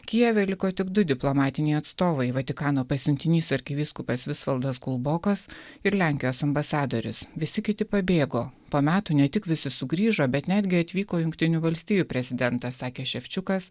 kijeve liko tik du diplomatiniai atstovai vatikano pasiuntinys arkivyskupas visvaldas kulbokas ir lenkijos ambasadorius visi kiti pabėgo po metų ne tik visi sugrįžo bet netgi atvyko jungtinių valstijų prezidentas sakė ševičiukas